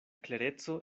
klereco